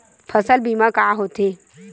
फसल बीमा का होथे?